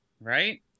Right